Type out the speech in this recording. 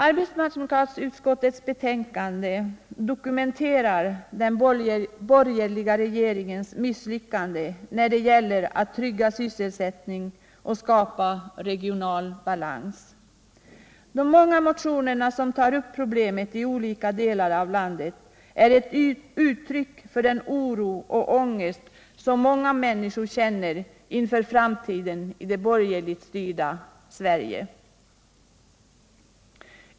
Arbetsmarknadsutskottets betänkande nr 23 dokumenterar den borgerliga regeringens misslyckande när det gäller att trygga sysselsättningen och skapa regional balans. De många motioner som tar upp problemen i olika delar av landet är ett uttryck för den oro och ångest som många människor känner inför framtiden i det borgerligt styrda Sverige.